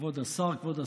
כבוד השר, כבוד השרה,